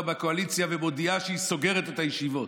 בקואליציה ומודיעה שהיא סוגרת את הישיבות,